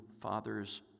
father's